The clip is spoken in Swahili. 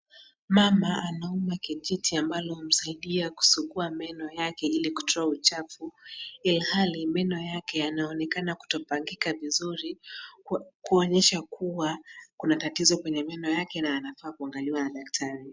Mama anauma kijiti ambalo humsaidia kusugua meno yake ili kutoa uchafu ilhali meno yake yanaonekana kutopangika vizuri kuonyesha kuwa kuna tatizo kwenye meno yake na anafaa kuangaliwa na daktari .